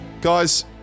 Guys